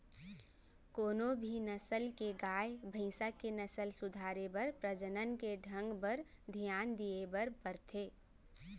कोनों भी नसल के गाय, भईंस के नसल सुधारे बर प्रजनन के ढंग बर धियान दिये बर परथे